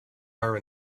are